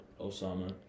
Osama